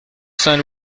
saint